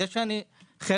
זה שאני חירש,